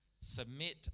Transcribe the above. submit